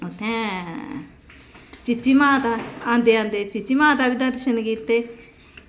उत्थें चीची माता औंदे जंदे चीची माता दे दर्शन कीते